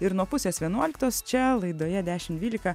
ir nuo pusės vienuoliktos čia laidoje dešimt dvylika